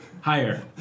Higher